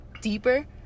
deeper